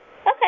Okay